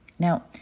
Now